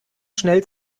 schnell